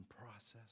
process